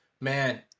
Man